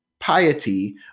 piety